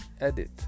edit